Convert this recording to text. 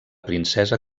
princesa